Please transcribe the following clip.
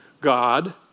God